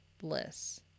bliss